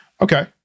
Okay